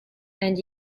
and